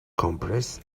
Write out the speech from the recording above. compres